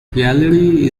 gallery